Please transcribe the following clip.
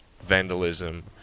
vandalism